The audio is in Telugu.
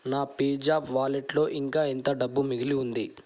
నా పేజాప్ వాలెట్లో ఇంకా ఎంత డబ్బు మిగిలి ఉంది